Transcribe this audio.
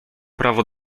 prawo